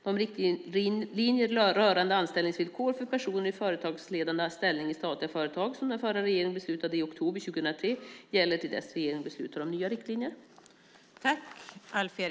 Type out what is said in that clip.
De riktlinjer rörande anställningsvillkor för personer i företagsledande ställning i statliga företag, som den förra regeringen beslutade om i oktober 2003, gäller till dess regeringen beslutar om nya riktlinjer.